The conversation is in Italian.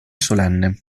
solenne